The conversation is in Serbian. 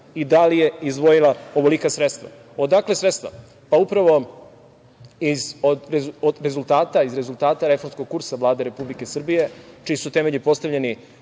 i da li je izdvojila ovolika sredstva? Odakle sredstva? Upravo iz rezultata reformskog kursa Vlade Republike Srbije, čiji su temelji postavljeni